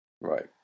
Right